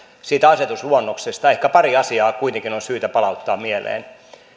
siitä asetusluonnoksesta niin ehkä pari asiaa kuitenkin on syytä palauttaa mieleen